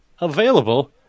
available